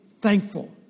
thankful